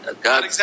God